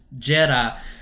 jedi